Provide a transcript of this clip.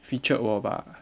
featured 我 bah